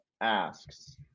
asks